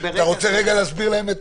אתה רוצה להסביר להם?